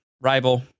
rival